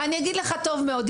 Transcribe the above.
אני אגיד לך טוב מאוד.